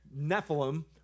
Nephilim